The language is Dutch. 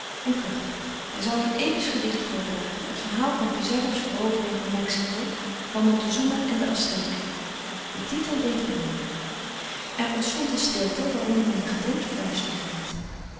en kuchte hij zou een episch gedicht voordragen het verhaal van pizarro's verovering van mexico van montezuma en de azteken de titel deed de ronde er ontstond eene stilte waaronder men een gedempt fluisteren ried